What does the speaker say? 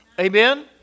Amen